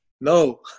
No